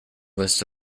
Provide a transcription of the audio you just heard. list